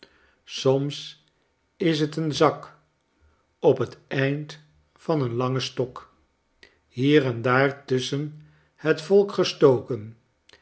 soms is het een zak op het eind van een langen stok hier en daar tusschen het volk gestoken